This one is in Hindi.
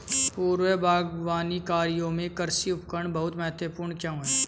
पूर्व बागवानी कार्यों में कृषि उपकरण बहुत महत्वपूर्ण क्यों है?